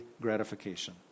gratification